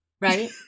right